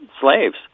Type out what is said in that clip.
slaves